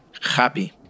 Happy